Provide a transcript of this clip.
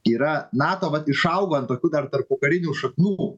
yra nato vat išaugo ant tokių dar tarpukarinių šaknų